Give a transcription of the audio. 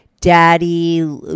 daddy